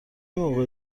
موقع